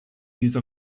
use